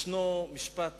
יש משפט